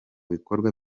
bikorwa